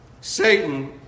Satan